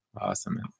Awesome